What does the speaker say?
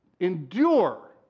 endure